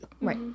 Right